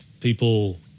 people